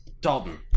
Dalton